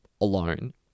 alone